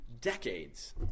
decades